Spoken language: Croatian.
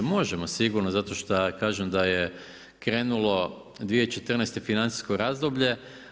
Možemo sigurno zato što kažem da je krenulo 2014. financijsko razdoblje.